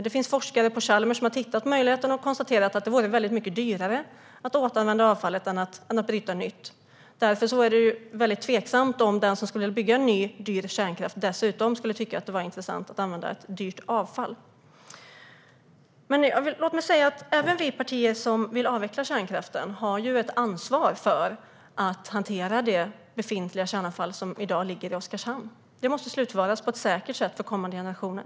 Det finns forskare på Chalmers som har tittat på möjligheten och konstaterat att det vore väldigt mycket dyrare att återanvända avfallet än att bryta nytt. Därför är det väldigt tveksamt om den som skulle bygga ny dyr kärnkraft dessutom skulle tycka att det var intressant att använda ett dyrt avfall. Även vi partier som vill avveckla kärnkraften har ett ansvar för att hantera det befintliga kärnavfall som i dag ligger i Oskarshamn. Det måste slutförvaras på ett säkert sätt för kommande generationer.